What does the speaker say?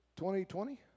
2020